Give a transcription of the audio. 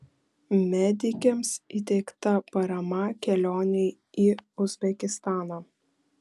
medikėms įteikta parama kelionei į uzbekistaną